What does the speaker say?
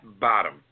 bottom